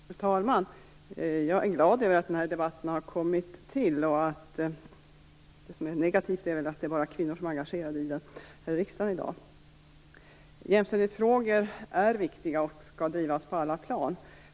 Fru talman! Jag är glad över att den här debatten har tagits upp. Det som är negativt är att det i dag bara är kvinnor här i kammaren som är engagerade i den. Jämställdhetsfrågor är viktiga och skall drivas på alla plan.